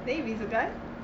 then if it's a guy